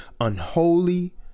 unholy